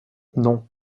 non